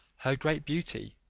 her great beauty,